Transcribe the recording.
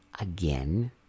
again